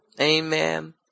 Amen